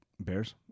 Bears